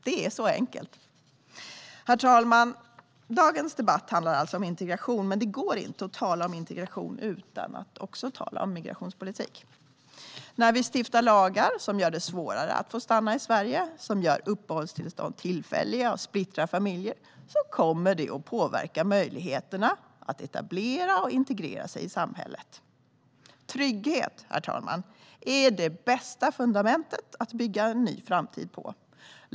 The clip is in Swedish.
Så enkelt är det. Herr talman! Dagens debatt handlar alltså om integration, men det går inte att tala om integration utan att också tala om migrationspolitik. När vi stiftar lagar som gör det svårare att få stanna i Sverige, som gör uppehållstillstånden tillfälliga och splittrar familjer, kommer det att påverka möjligheterna att etablera och integrera sig i samhället. Trygghet, herr talman, är det bästa fundamentet att bygga en ny framtid på.